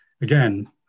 again